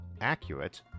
accurate